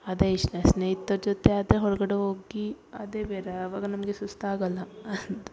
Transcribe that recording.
ಅದೇ ಇಷ್ಟ ಸ್ನೇಹಿತರ್ ಜೊತೆ ಆದರೆ ಹೊರಗಡೆ ಹೋಗಿ ಅದೇ ಬೇರೆ ಅವಾಗ ನಮಗೆ ಸುಸ್ತು ಆಗೋಲ್ಲ